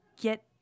get